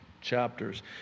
chapters